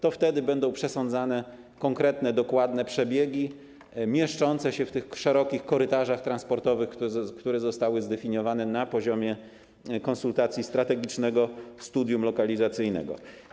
To wtedy będą przesądzane konkretne, dokładne przebiegi mieszczące się w szerokich korytarzach transportowych, które zostały zdefiniowane na poziomie konsultacji strategicznego studium lokalizacyjnego.